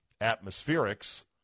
atmospherics